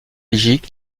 belgique